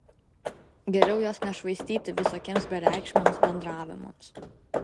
geriau jos nešvaistyti visokiems bereikšmiams bendravimams